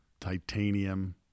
titanium